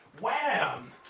wham